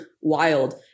wild